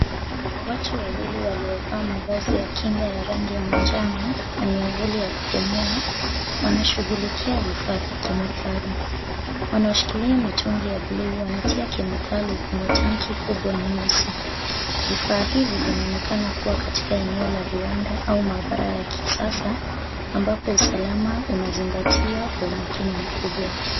Watu wawili waliovaa mavazi ya kinga ya rangi ya manjano, na miavuli ya kupumua, wanashughulikia vifaa vya kemikali, wanaoshikilia mitungi ya buluu wanatia kemikali kwenye tanki kubwa nyeusi. Vifaa hivi vinaonekana kuwa katika eneo la viwanda au maabara ya kisasa ambapo usalama unazingatiwa kwa umakini mkubwa.